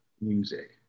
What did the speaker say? music